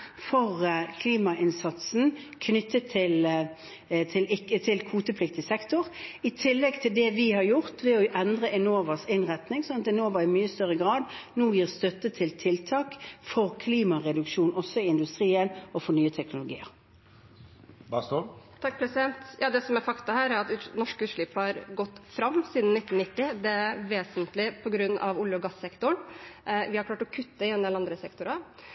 gjort ved å endre Enovas innretning, slik at Enova nå i mye større grad gir støtte til tiltak for klimagassreduksjon også i industrien og for nye teknologier. Det vert opna for oppfølgingsspørsmål – først Une Bastholm. Det som er fakta her, er at norske utslipp har gått fram siden 1990, og det er vesentlig på grunn av olje- og gassektoren. Vi har klart å kutte i en del andre sektorer,